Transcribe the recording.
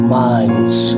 minds